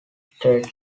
trades